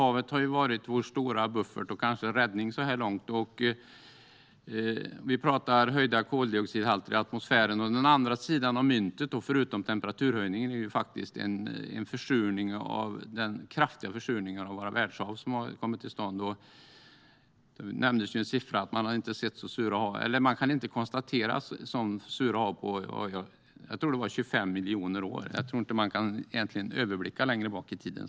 Havet har varit vår stora buffert och kanske räddning så här långt. Vi talar om höjda koldioxidhalter i atmosfären. Den andra sidan av myntet förutom temperaturhöjningen är den kraftiga försurningen av våra världshav. Det nämndes en siffra. Man kan inte konstatera så sura hav på jag tror det var 25 miljoner år. Jag tror inte att man egentligen kan överblicka längre tillbaka i tiden.